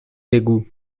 بگو